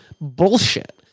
Bullshit